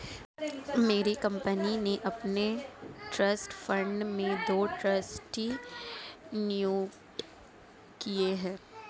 मेरी कंपनी ने अपने ट्रस्ट फण्ड में दो ट्रस्टी नियुक्त किये है